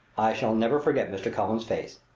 i shall never forget mr. cullen's face!